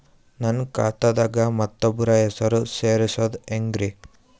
ನನ್ನ ಖಾತಾ ದಾಗ ಮತ್ತೋಬ್ರ ಹೆಸರು ಸೆರಸದು ಹೆಂಗ್ರಿ?